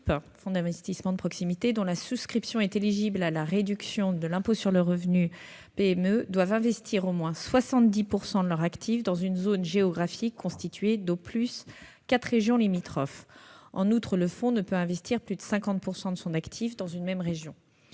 que nous proposons, les FIP, dont la souscription est éligible à la réduction de l'impôt sur le revenu PME, devront investir au moins 70 % de leur actif dans une zone géographique constituée d'au plus quatre régions limitrophes. En outre, le fonds ne peut investir plus de 50 % de son actif dans une même région.